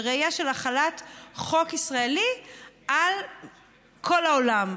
בראייה של החלת חוק ישראלי על כל העולם,